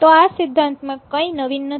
તો આ સિદ્ધાંત માં કઈ નવીન નથી